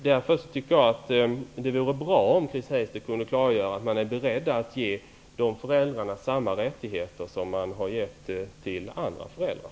Det vore bra om Chris Heister kunde klargöra om ni är beredda att ge även dessa föräldrar samma rättigheter som övriga föräldrar.